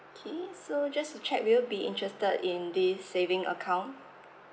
okay so just to check would you be interested in this saving account